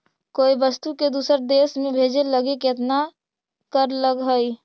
कोई वस्तु के दूसर देश में भेजे लगी केतना कर लगऽ हइ?